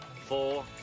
four